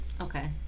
Okay